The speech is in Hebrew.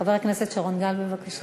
חבר הכנסת שרון גל, בבקשה.